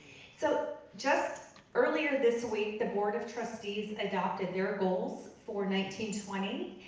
so, just earlier this week, the board of trustees adopted their goals for nineteen twenty,